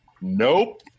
nope